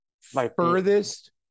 furthest